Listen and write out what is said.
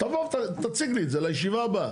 תבוא ותציג לי את זה לישיבה הבאה.